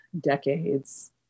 decades